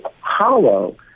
hollow